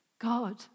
God